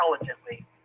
intelligently